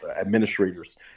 Administrators